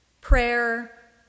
Prayer